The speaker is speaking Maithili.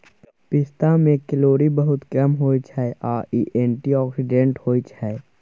पिस्ता मे केलौरी बहुत कम होइ छै आ इ एंटीआक्सीडेंट्स होइ छै